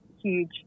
huge